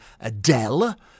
Adele